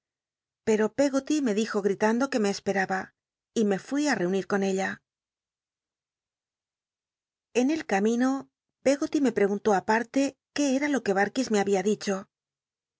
ftcnle peto pcggoly me dijo gtit ando que me espcl'aba y thc fui ü rounit con ella en el camino peggoty me pteguntó aparte qué eta lo i'ic barkis me había dicho